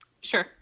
Sure